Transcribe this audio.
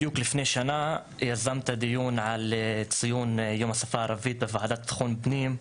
בדיוק לפני שנה יזמת דיון על ציון יום השפה הערבית בוועדה לביטחון פנים,